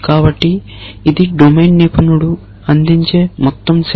కాబట్టి ఇది డొమైన్ నిపుణుడు అందించే మొత్తం సెట్